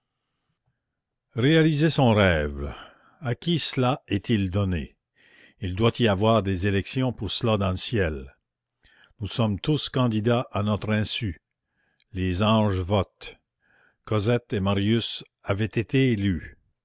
réaliser son rêve à qui cela est-il donné il doit y avoir des élections pour cela dans le ciel nous sommes tous candidats à notre insu les anges votent cosette et marius avaient été élus